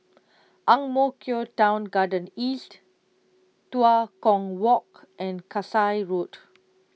Ang Mo Kio Town Garden East Tua Kong Walk and Kasai Road